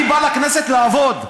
אני בא לכנסת לעבוד.